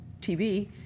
TV